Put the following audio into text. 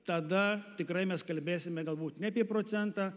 tada tikrai mes kalbėsime galbūt ne apie procentą